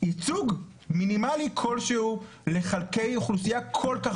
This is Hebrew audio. ייצוג מינימלי כלשהו לחלקי אוכלוסייה כל כך